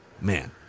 man